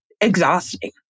exhausting